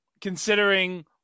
considering